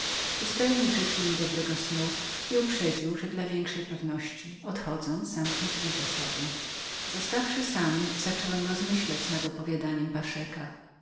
pustelnik życzył mi dobrego snu i uprzedził że dla większej pewności odchodząc zamknie drzwi za sobą zostawszy sam zacząłem rozmyślać nad opowiadaniem paszeka